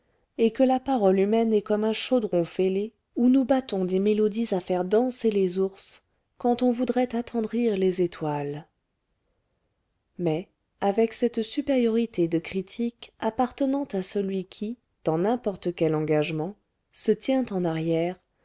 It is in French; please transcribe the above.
et que la parole humaine est comme un chaudron fêlé où nous battons des mélodies à faire danser les ours quand on voudrait attendrir les étoiles mais avec cette supériorité de critique appartenant à celui qui dans n'importe quel engagement se tient en arrière